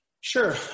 Sure